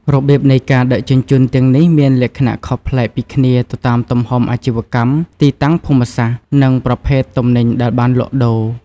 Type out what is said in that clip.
របៀបនៃការដឹកជញ្ជូនទាំងនេះមានលក្ខណៈខុសប្លែកពីគ្នាទៅតាមទំហំអាជីវកម្ម ទីតាំងភូមិសាស្ត្រ និងប្រភេទទំនិញដែលបានលក់ដូរ។